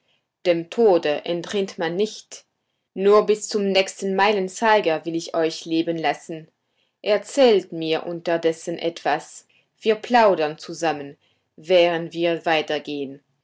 dem tode entrinnt man nicht nur bis zum nächsten meilenzeiger will ich euch leben lassen erzählt mir unterdessen etwas wir plaudern zusammen während wir weitergehn